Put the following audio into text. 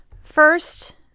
first –